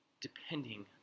depending